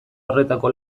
horretako